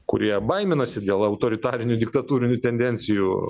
kurie baiminasi dėl autoritarinių diktatūrinių tendencijų